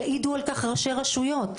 יעידו על כך ראשי רשויות.